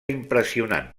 impressionant